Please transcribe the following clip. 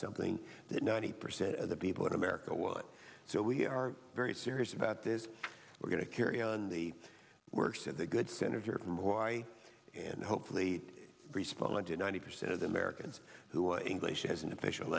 something that ninety percent of the people in america want so we are very serious about this we're going to carry on the worst of the good senator from y and hopefully respond to ninety percent of americans who are english as an official